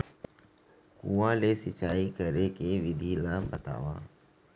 कुआं ले सिंचाई करे के विधि ला बतावव?